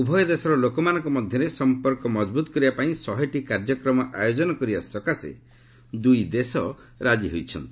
ଉଭୟ ଦେଶର ଲୋକମାନଙ୍କ ମଧ୍ୟରେ ସମ୍ପର୍କ ମଜବୁତ କରିବା ପାଇଁ ଶହେଟି କାର୍ଯ୍ୟକ୍ରମ ଆୟୋଜନ କରିବା ସକାଶେ ଦୁଇ ଦେଶ ରାଜି ହୋଇଛନ୍ତି